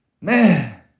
Man